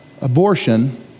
abortion